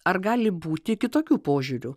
ar gali būti kitokių požiūrių